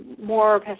more